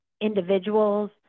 individuals